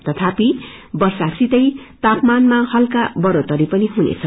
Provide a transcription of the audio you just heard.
तथापि वर्षासितै तापमानमा हल्का बढ़ोत्तरी पनि हुनेछ